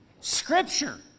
Scripture